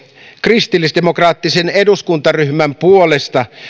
kristillisdemokraattisen eduskuntaryhmän puolesta